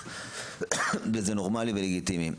וזה נורמלי וזה לגיטימי.